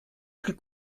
plus